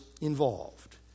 involved